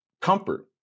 comfort